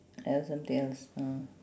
else something else uh